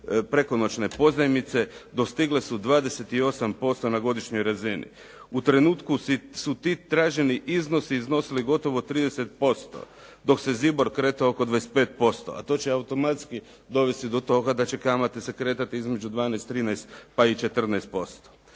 prekonoćne pozajmice dostigle su 28% na godišnjoj razini. U trenutku su ti traženi iznosi iznosili gotovo 30% dok se ZIBOR kretao oko 25% a to će automatski dovesti do toga da će kamate se kretati između 12, 13 pa i 14%.